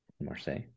Marseille